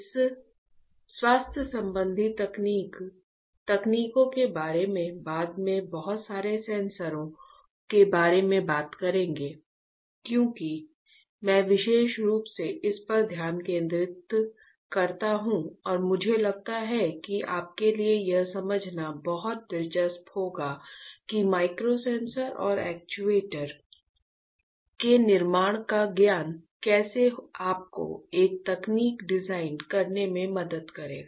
हम स्वास्थ्य संबंधी तकनीकों के बारे में बाद में बहुत सारे सेंसरों के बारे में बात करेंगे क्योंकि इसलिए मैं विशेष रूप से इस पर ध्यान केंद्रित करता हूं और मुझे लगता है कि आपके लिए यह समझना बहुत दिलचस्प होगा कि माइक्रो सेंसर और एक्चुएटर के निर्माण का ज्ञान कैसे आपको एक तकनीक डिजाइन करने में मदद करेगा